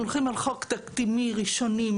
אנחנו הולכים על חוק תקדימי, ראשוני.